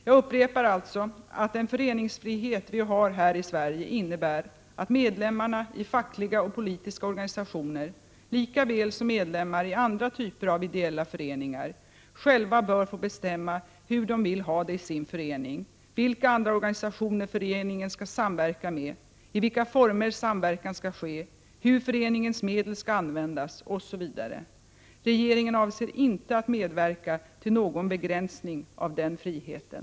Jag upprepar alltså att den föreningsfrihet vi har här i Sverige innebär att medlemmarna i fackliga och politiska organisationer — lika väl som medlemmar i andra typer av ideella föreningar — själva bör få bestämma hur de vill ha det i sin förening, vilka andra organisationer föreningen skall samverka med, i vilka former samverkan skall ske, hur föreningens medel skall användas, osv. Regeringen avser inte att medverka till någon begränsning av den friheten.